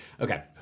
Okay